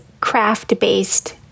craft-based